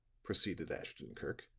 proceeded ashton-kirk,